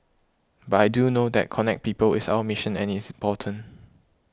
but I do know that connect people is our mission and it's important